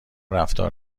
رفتار